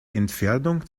entfernung